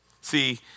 See